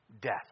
death